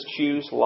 Choose